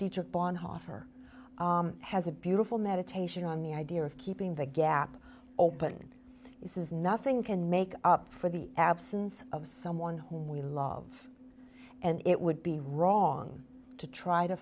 dietrich bonhoeffer has a beautiful meditation on the idea of keeping the gap open he says nothing can make up for the absence of someone whom we love and it would be wrong to try to